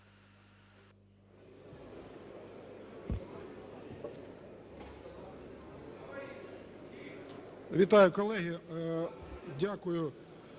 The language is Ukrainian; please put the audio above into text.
Вітаю, колеги! Дякую,